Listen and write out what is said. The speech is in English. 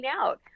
out